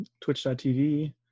twitch.tv